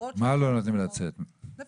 מה לא נותנים לצאת, פיזית?